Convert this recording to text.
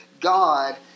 God